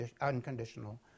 unconditional